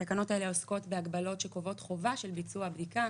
התקנות האלה עוסקות בהגבלות שקובעות חובה של ביצוע בדיקה.